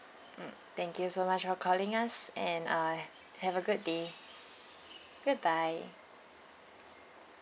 mm thank you so much for calling us and I have a good day goodbye